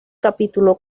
capítulo